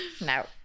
No